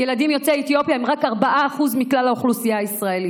ילדים יוצאי אתיופיה הם רק 4% מכלל האוכלוסייה הישראלית.